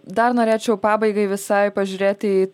dar norėčiau pabaigai visai pažiūrėt į